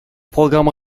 programmes